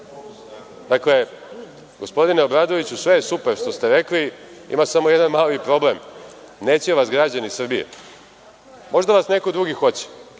gospodine Obradoviću, sve je super što ste rekli. Ima samo jedan mali problem – neće vas građani Srbije. Možda vas neko drugi hoće